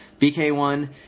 BK1